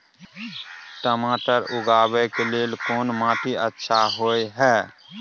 टमाटर उगाबै के लेल कोन माटी अच्छा होय है?